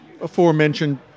aforementioned